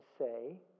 say